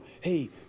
hey